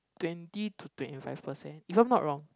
twenty to twenty five percent if I'm not wrong